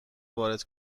وارد